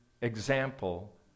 example